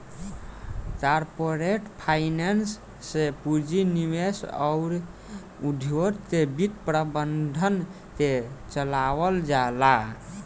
corporate finance से पूंजी निवेश अउर उद्योग के वित्त प्रबंधन के चलावल जाला